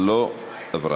עברה.